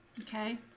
Okay